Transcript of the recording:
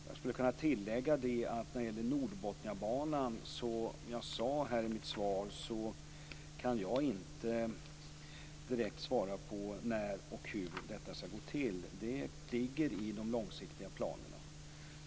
Jag skulle kunna tillägga att när det gäller Nordbotniabanan kan jag inte, som jag sade i mitt svar, direkt svara på när och hur detta skall ske. Det ligger i de långsiktiga planerna.